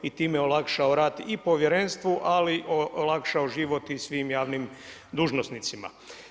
I time olakšao radi povjerenstvu, ali olakšao život i svim javnim dužnosnicima.